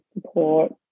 support